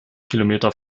kilometer